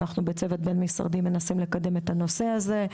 אנחנו בצוות בין משרדי מנסים לקדם את הנושא הזה.